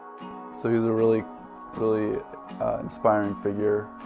so he was a really really inspiring figure.